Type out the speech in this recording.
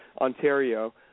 Ontario